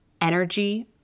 energy